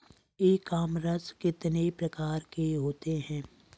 ई commerce कितने प्रकार के होते हैं?